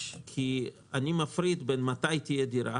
כי אני מפריד בין מתי תהיה דירה,